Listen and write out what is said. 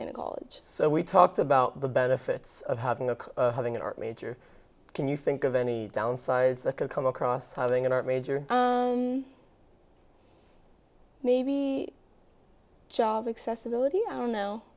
in a college so we talked about the benefits of having a having an art major can you think of any downsides that could come across having an art major maybe job accessibility i don't know